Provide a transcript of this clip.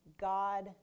God